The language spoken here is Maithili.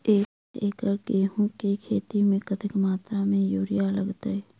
एक एकड़ गेंहूँ केँ खेती मे कतेक मात्रा मे यूरिया लागतै?